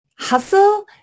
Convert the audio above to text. Hustle